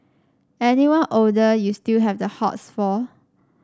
anyone older you still have the hots for